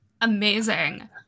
Amazing